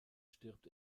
stirbt